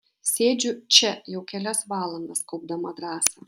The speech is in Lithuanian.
sėdžiu čia jau kelias valandas kaupdama drąsą